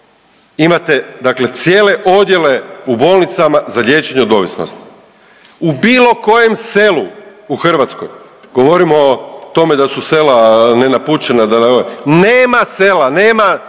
dakle cijele odjele u bolnicama za liječenje od ovisnosti. U bilo kojem selu u Hrvatskoj, govorimo o tome da su sela nenapućena, da, nema sela, nema, nema